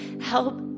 help